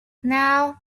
now